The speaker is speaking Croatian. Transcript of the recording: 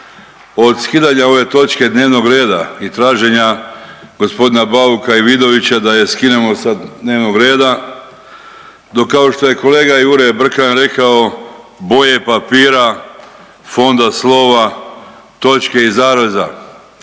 Od skidanja ove točke dnevnog reda i traženja g. Bauka i Vidovića da je skinemo sa dnevnog reda, do, kao što je kolega Jure Brkan rekao, boje papira, fonda slova, točke i zareza,